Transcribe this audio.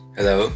Hello